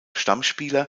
stammspieler